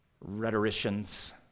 rhetoricians